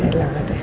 એટલા માટે